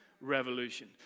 revolution